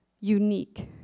Unique